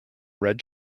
red